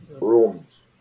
rooms